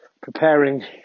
preparing